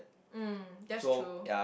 mm that's true